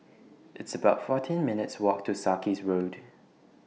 It's about fourteen minutes' Walk to Sarkies Road